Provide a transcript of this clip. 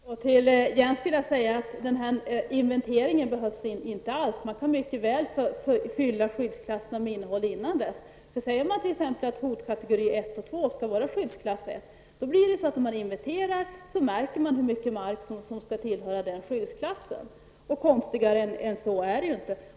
Herr talman! Till Jens Eriksson vill jag säga att inventeringen inte alls behövs. Man kan mycket väl fylla skyddsklasserna med innehåll innan dess. Säger man t.ex. att hotkategori 1 och 2 skall vara skyddsklass 1, märker man vid en inventering hur mycket mark som skall tillhöra den skyddsklassen. Konstigare än så är det inte.